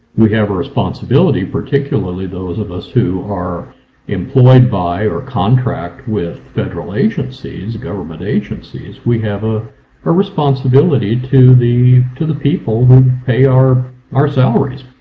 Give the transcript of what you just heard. we have a responsibility, particularly those of us who are employed by or contract with federal agencies, government agencies, we have a responsibility to the to the people who pay our our salaries.